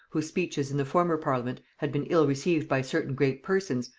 whose speeches in the former parliament had been ill-received by certain great persons,